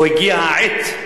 או הגיעה העת,